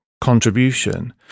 contribution